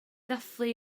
ddathlu